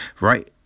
right